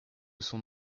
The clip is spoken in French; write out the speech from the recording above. son